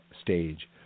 stage